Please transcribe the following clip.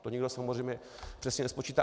To nikdo samozřejmě přesně nespočítá.